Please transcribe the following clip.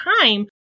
time